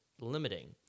limiting